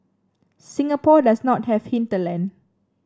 Singapore does not have hinterland